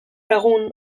egun